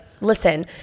listen